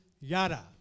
yada